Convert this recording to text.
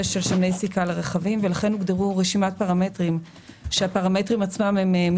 של שמני סיכה לרכבים ולכן הוגדרו רשימת פרמטרים שהם מצטברים.